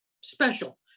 special